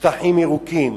שטחים ירוקים,